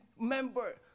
member